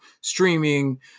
streaming